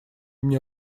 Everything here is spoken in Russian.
мне